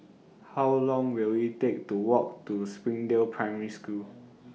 How Long Will IT Take to Walk to Springdale Primary School